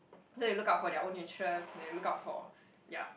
so you look out from their own interest than look out for yeah